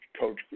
Coach